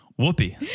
Whoopi